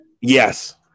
Yes